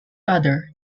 other